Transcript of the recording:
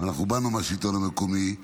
אנחנו באנו מהשלטון המקומי,